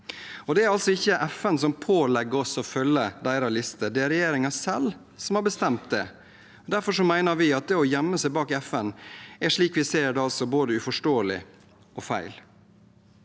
altså ikke FN som pålegger oss å følge deres liste; det er regjeringen selv som har bestemt det. Derfor mener vi at det å gjemme seg bak FN er – slik vi ser det – både uforståelig og feil.